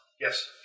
Yes